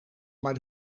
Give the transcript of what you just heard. maar